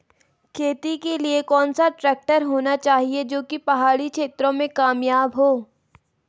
खेती के लिए कौन सा ट्रैक्टर होना चाहिए जो की पहाड़ी क्षेत्रों में कामयाब हो?